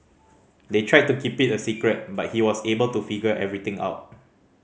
they tried to keep it a secret but he was able to figure everything out